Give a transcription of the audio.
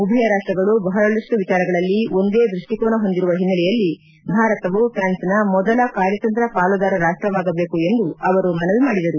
ಉಭಯ ರಾಷ್ಟಗಳು ಬಹಳಷ್ಟು ವಿಚಾರಗಳಲ್ಲಿ ಒಂದೇ ದೃಷ್ಟಿಕೋನ ಹೊಂದಿರುವ ಹಿನ್ನೆಲೆಯಲ್ಲಿ ಭಾರತವು ಪ್ರಾನ್ಸ್ನ ಮೊದಲ ಕಾರ್ಯತಂತ್ರ ಪಾಲುದಾರ ರಾಷ್ಟವಾಗಬೇಕು ಎಂದು ಅವರು ಮನವಿ ಮಾಡಿದರು